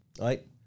Right